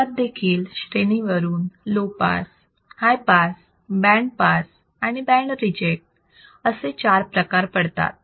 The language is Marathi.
यात देखील श्रेणी वरून low pass high pass band pass आणि बँड रिजेक्ट असे चार प्रकार पडतात